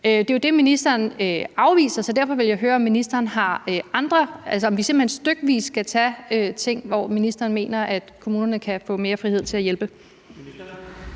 Det er jo det, ministeren afviser, så derfor vil jeg høre, om ministeren har andre forhandlinger, altså om vi simpelt hen stykvis skal tage ting, hvor ministeren mener, at kommunerne kan få mere frihed til at hjælpe.